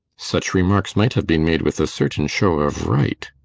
such remarks might have been made with a certain show of right.